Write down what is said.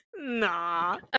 Nah